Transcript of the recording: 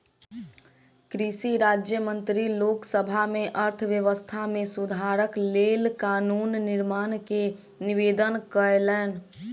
कृषि राज्य मंत्री लोक सभा में अर्थव्यवस्था में सुधारक लेल कानून निर्माण के निवेदन कयलैन